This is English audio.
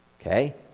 Okay